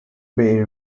bay